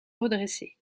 redresser